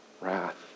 wrath